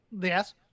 Yes